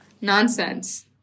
Nonsense